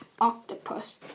octopus